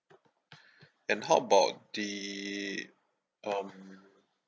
and how about the um